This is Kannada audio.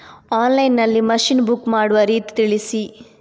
ಆನ್ಲೈನ್ ನಲ್ಲಿ ಮಷೀನ್ ಬುಕ್ ಮಾಡುವ ರೀತಿ ತಿಳಿಸಿ?